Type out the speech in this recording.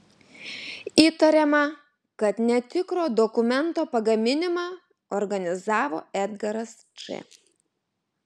įtariama kad netikro dokumento pagaminimą organizavo edgaras č